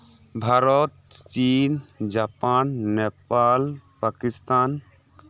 ᱵᱷᱟᱨᱚᱛ ᱪᱤᱱ ᱡᱟᱯᱟᱱ ᱱᱮᱯᱟᱞ ᱯᱟᱠᱤᱥᱛᱷᱟᱱ